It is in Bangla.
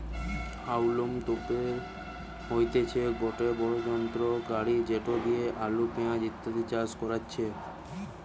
হাউলম তোপের হইতেছে গটে বড়ো যন্ত্র গাড়ি যেটি দিয়া আলু, পেঁয়াজ ইত্যাদি চাষ করাচ্ছে